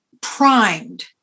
primed